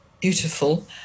Beautiful